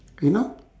you know